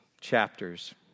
chapters